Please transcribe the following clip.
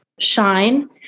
shine